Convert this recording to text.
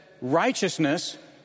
righteousness